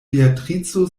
beatrico